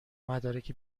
مدارک